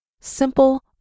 Simple